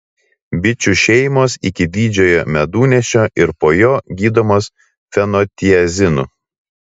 bičių šeimos iki didžiojo medunešio ir po jo gydomos fenotiazinu